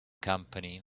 company